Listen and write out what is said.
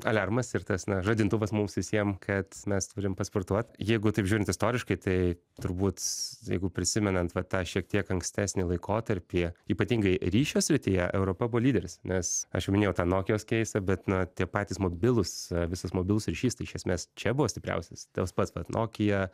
aliarmas ir tas na žadintuvas mums visiem kad mes turim pasportuot jeigu taip žiūrint istoriškai tai turbūt jeigu prisimenant va tą šiek tiek ankstesnį laikotarpį ypatingai ryšio srityje europa buvo lyderis nes aš jau minėjau tą nokijos keisą bet na tie patys mobilūs visas mobilus ryšys tai iš esmės čia buvo stipriausias toks pat vat nokia